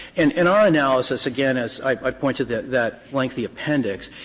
and and our analysis, again, as i point to that that lengthy appendix,